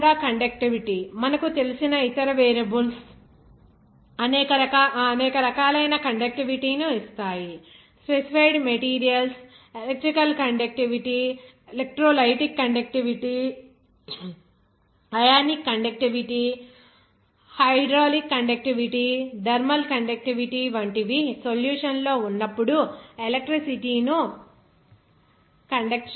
అదేవిధంగా కండక్టివిటీ మనకు తెలిసిన ఇతర వేరియబుల్స్ అనేక రకాలైన కండక్టివిటీ ను ఇస్తాయి specified materials electrical conductivity electrolytic conductivity ionic conductivity hydraulic conductivity thermal conductivity వంటివి సొల్యూషన్ లో ఉన్నపుడు ఎలక్ట్రిసిటీ ను కండక్ట్ చేస్తాయి